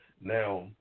Now